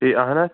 ٹھیٖک اَہَن حظ